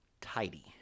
tidy